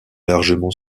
largement